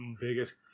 biggest